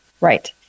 Right